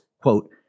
quote